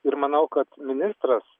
ir manau kad ministras